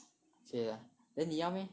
!chey! then 你要 meh